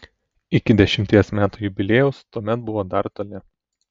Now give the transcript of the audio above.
iki dešimties metų jubiliejaus tuomet buvo dar toli